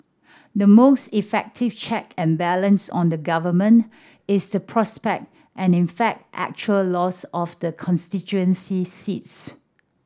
the most effective check and balance on the Government is the prospect and in fact actual loss of the constituency seats